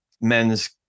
men's